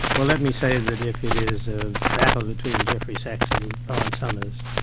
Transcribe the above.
well, let me say that if it is a battle between jeffrey sachs and lawrence summers,